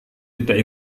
tidak